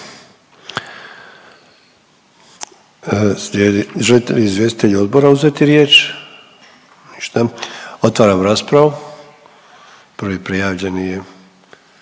Žele li izvjestitelji odbora uzeti riječ? Ništa. Otvaram raspravu. Prvi prijavljeni je,